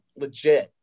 legit